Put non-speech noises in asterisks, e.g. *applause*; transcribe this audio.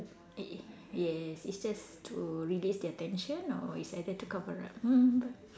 y~ yes it's just to release their tension or it's either to cover up *noise*